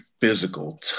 physical